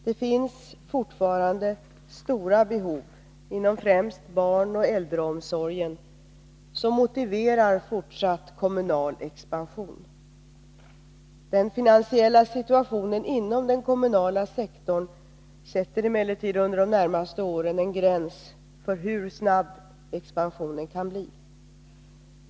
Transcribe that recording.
Det finns fortfarande stora behov inom främst barnoch äldreomsorgen som motiverar fortsatt kommunal expansion. Den finansiella situationen inom den kommunala sektorn sätter emellertid under de närmaste åren en gräns för hur snabb expansionen kan bli.